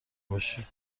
باشی